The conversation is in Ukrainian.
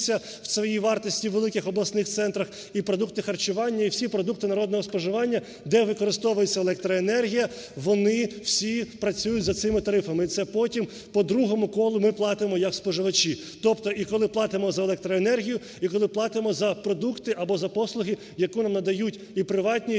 вони всі працюють за цими тарифами. І це потім по другому колу ми платимо як споживачі, тобто і коли платимо за електроенергію, і коли платимо за продукти або за послуги, які нам надають і приватні, і державні